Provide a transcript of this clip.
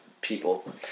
people